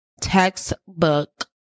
Textbook